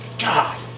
God